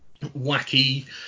wacky